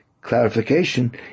clarification